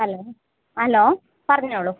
hello hello പറഞ്ഞോളൂ